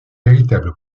véritable